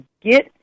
get